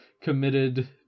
committed